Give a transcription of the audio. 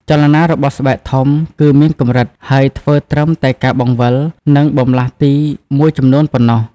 ចលនារបស់ស្បែកធំគឺមានកម្រិត ហើយធ្វើត្រឹមតែការបង្វិល និងបន្លាស់ទីមួយចំនួនប៉ុណ្ណោះ។